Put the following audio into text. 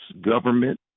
government